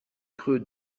creux